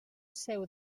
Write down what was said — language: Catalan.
seu